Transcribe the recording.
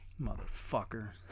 Motherfucker